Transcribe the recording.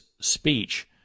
speech